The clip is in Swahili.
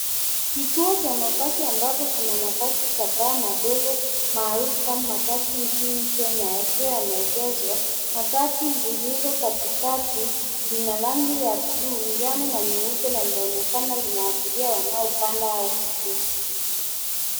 Kituo cha mabasi ambapo kuna mabasi kadhaa madogo maarufu kama matatu nchini Kenya yakiwa yameegezwa. Matatu lililo katikati lina rangi ya buluu ,njano na nyeupe na linaoonekana lina abiria wanaopanda au kushuka.